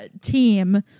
team